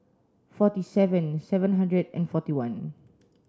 forty seven seven hundred and forty one